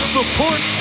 Support